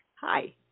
Hi